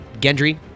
Gendry